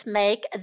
make